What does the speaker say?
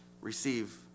receive